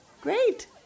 Great